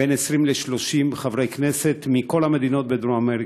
היו בין 20 ל-30 חברי כנסת מכל המדינות בדרום אמריקה,